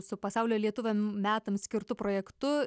su pasaulio lietuviam metam skirtu projektu